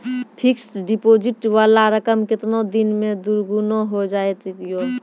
Fixed deposit वाला रकम केतना दिन मे दुगूना हो जाएत यो?